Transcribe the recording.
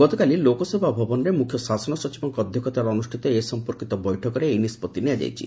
ଗତକାଲି ଲୋକସେବା ଭବନରେ ମୁଖ୍ୟଶାସନ ସଚିବଙ୍କ ଅଧ୍ୟକ୍ଷତାରେ ଅନୁଷ୍ପିତ ଏ ସଂପର୍କିତ ବୈଠକରେ ଏହି ନିଷ୍ପଉି ନିଆଯାଇଛି